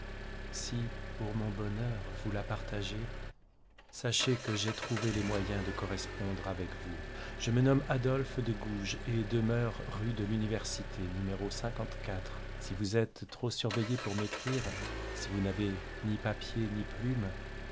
si pour mon bonheur vous la partagez sachez que j'ai trouvé les moyens de correspondre avec vous je me nomme adolphe de gouges et demeure rue de l'université si vous êtes trop surveillée pour m'écrire si vous n'avez ni papier ni plumes